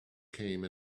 came